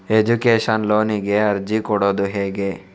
Education ಲೋನಿಗೆ ಅರ್ಜಿ ಕೊಡೂದು ಹೇಗೆ?